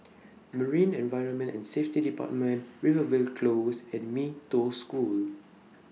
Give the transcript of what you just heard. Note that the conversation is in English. Marine Environment and Safety department Rivervale Close and Mee Toh School